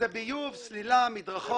זה ביוב, סלילה, מדרכות.